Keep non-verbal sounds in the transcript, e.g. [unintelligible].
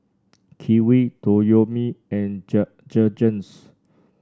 Kiwi Toyomi and [unintelligible] Jergens